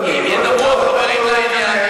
אדוני.